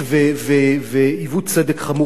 ועיוות צדק חמור ביותר.